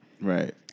Right